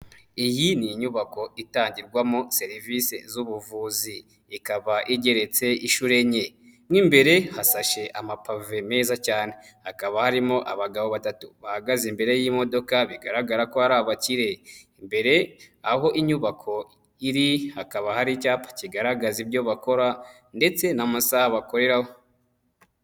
Iyi ni inyubako itangirwamo serivisi z'ubuvuzi. Ikaba igeretse inshuro enye. Mo imbere hasashe amapave meza cyane. Hakaba harimo abagabo batatu bahagaze imbere y'imodoka bigaragara ko ari abakire. Imbere aho inyubako iri hakaba hari icyapa kigaragaza ibyo bakora ndetse n'amasaha bakoreraho.